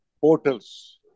portals